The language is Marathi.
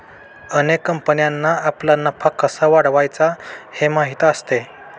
अनेक कंपन्यांना आपला नफा कसा वाढवायचा हे माहीत असते